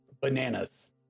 Bananas